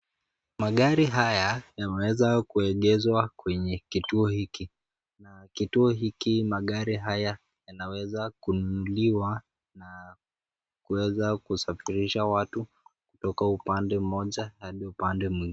Magari haya, yameeza kuegezwa kwenye kituo hiki, na kituo hiki magari haya, yanaweza kununuliwa, na kueza kusafirisha watu, kutoka upande mmoja, hadi upande mwi.